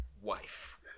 wife